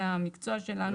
זה המקצוע שלנו.